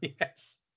Yes